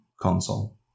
console